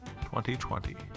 2020